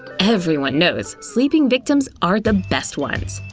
everyone knows sleeping victims are the best ones.